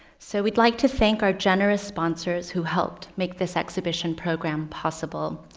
so we'd like to thank our generous sponsors who helped make this exhibition program possible.